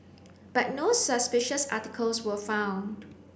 but no suspicious articles were found